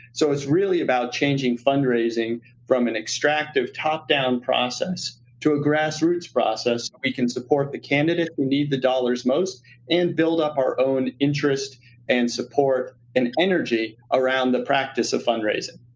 so it's really about changing fundraising from an extractive, top-down process to a grassroots process. we can support the candidates who need the dollars most and build up our own interest and support and energy around the practice of fundraising.